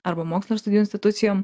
arba mokslo ir studijų institucijom